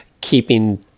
keeping